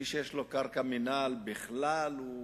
מי שיש לו קרקע מינהל, הוא